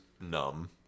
numb